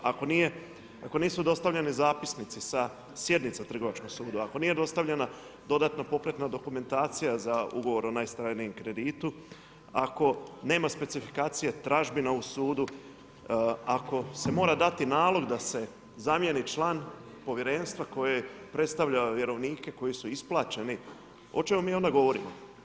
Ako nisu dostavljeni zapisnici sa sjednica Trgovačkog suda, ako nije dostavljena dodatna popratna dokumentacija za ugovor o ... kreditu, ako nema specifikacije tražbina u sudu, ako se mora dati nalog da se zamjeni član Povjerenstva koje predstavlja vjerovnike koji su isplaćeni, o čemu mi onda govorimo?